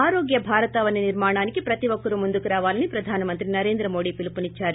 ఆరోగ్య భారతావని నిర్మాణానికి ప్రతి ఒక్కరూ ముందుకు రావాలని ప్రధానమంత్రి నరేంద్రమోదీ పిలుపునిచ్చారు